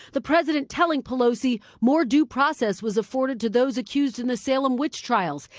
the president telling pelosi more due process was afforded to those accused in the salem witch trials,